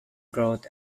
growth